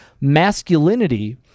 masculinity